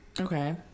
Okay